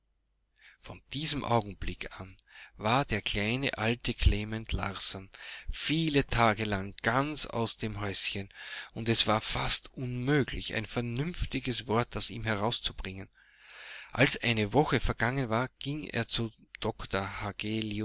von diesem augenblick an war der kleine alte klement larsson viele tage lang ganz aus dem häuschen und es war fast unmöglich ein vernünftiges wort aus ihm herauszubringen als eine woche vergangen war ging er zu